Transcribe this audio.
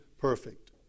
perfect